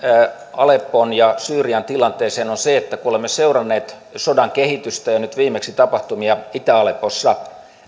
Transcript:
aleppon ja syyrian tilanteeseen on se että kun olemme seuranneet sodan kehitystä ja nyt viimeksi tapahtumia itä aleppossa